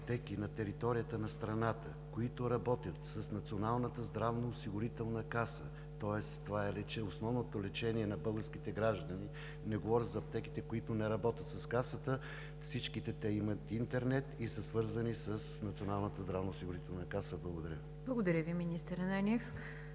Благодаря Ви, министър Ананиев.